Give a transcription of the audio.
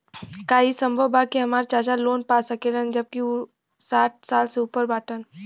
का ई संभव बा कि हमार चाचा लोन पा सकेला जबकि उ साठ साल से ऊपर बाटन?